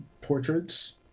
portraits